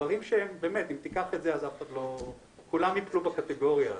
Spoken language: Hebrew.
דברים שאם תיקח אותם אז כולם ייפלו בקטגוריה הזאת.